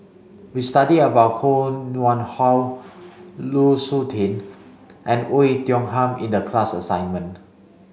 we studied about Koh Nguang How Lu Suitin and Oei Tiong Ham in the class assignment